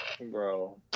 Bro